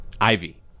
ivy